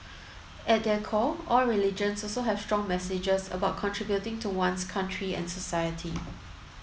at their core all religions also have strong messages about contributing to one's country and society